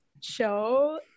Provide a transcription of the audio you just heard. show